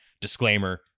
disclaimer